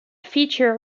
feature